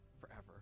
forever